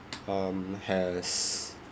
um has